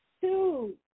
two